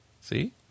See